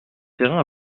terrain